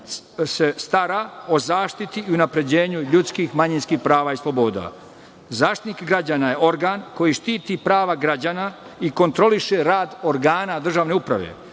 se stara o zaštiti i unapređenju ljudskih, manjinskih prava i sloboda. Zaštitnik građana je organ koji štiti prava građana i kontroliše rad organa državne uprave.